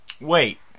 Wait